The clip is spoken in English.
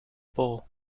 bull